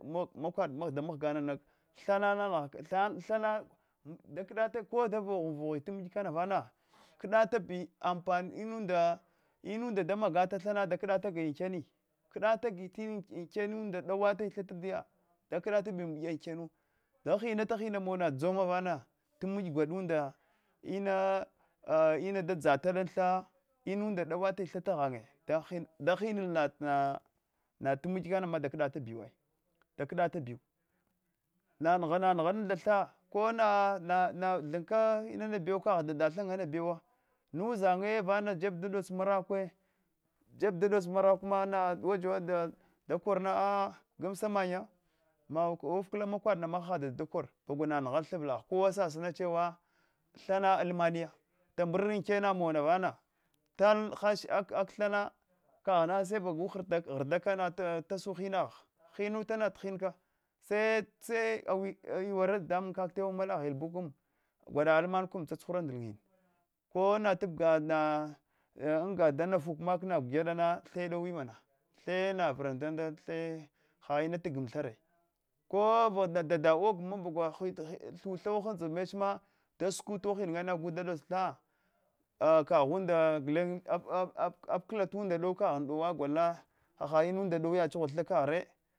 Makwad damghigi nana thana thana ko da voghin vaghiya tamm yata kanana vana kdatabi ompani inuda da maga thana thana da kdataganyi anrkena kdatagai anrkena inunda dautata yi tha dadiya da kdatabi ankenu da hinatahinamun na dzoma yad vang tamiya dwala nda inunda da dsztal an tha inunda dawanti tha tagheanye da hinala nat mi il da kda bayiu manaanghal nda tha kona nana nana thnka inan buka dada tha ngana bewa natha ushannye nana jeb dadots marakwe jeb dadots marakuma na waja wajal dakaral a gumsa manye ma aufkal makwada ma mahahad dadadunda da kor bagwa nanghal tha avlagha kowa sasinachewa thana almaniya kamar ankena nanuwa vana tala hasha kay thana kaghna base bagu ghrdak tash hina gha hinnuta na hinka se se au- auluwere dafamun kak tawan male ala ghyebu gwada alman kan tsatsuhura anddnyine kona tabga anga da nafukana gu gyaddana the dowi mana the the na vradandan the ha ina tagam the re kova dada ogo bagwa thuths who andzu meche ma da suku tu ohin gu da dots tha a kaghhunda guland ap ap apkala tunda dou kaghan dawa golna ha haul mund da dowi yad chugh tha re